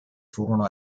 furono